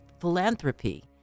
philanthropy